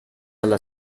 alla